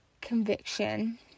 conviction